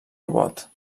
robot